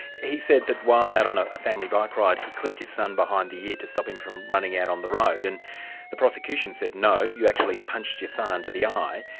he said that while out on a family bike ride, he clipped his son behind the ear to stop him from running out on the road, and the prosecution said no, you actually punched your son under the eye',